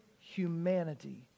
humanity